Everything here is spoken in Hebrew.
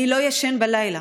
אני לא ישן בלילה.